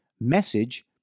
Message